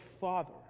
father